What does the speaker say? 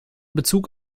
bezug